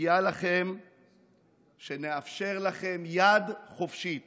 מגיע לכם שנאפשר לכם יד חופשית